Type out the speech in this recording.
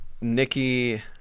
Nikki